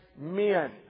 men